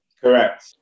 Correct